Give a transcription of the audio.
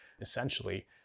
essentially